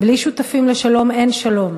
בלי שותפים לשלום אין שלום.